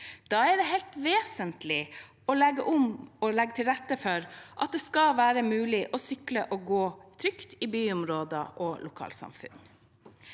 Da er det helt vesentlig å legge til rette for at det skal være mulig å sykle og gå trygt i byområder og lokalsamfunn.